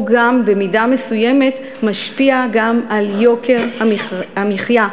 הוא גם במידה מסוימת משפיע גם על יוקר המחיה,